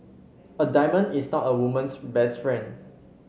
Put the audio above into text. a diamond is not a woman's best friend